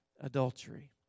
adultery